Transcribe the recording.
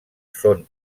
són